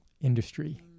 industry